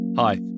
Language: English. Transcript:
Hi